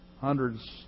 hundreds